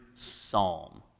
psalm